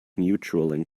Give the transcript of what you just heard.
mutual